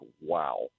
Wow